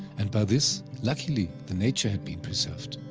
and by this, luckily the nature has been preserved.